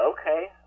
okay